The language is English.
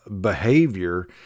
behavior